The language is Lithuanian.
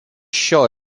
šio